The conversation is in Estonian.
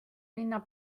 linna